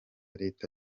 leta